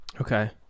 okay